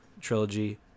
trilogy